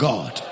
God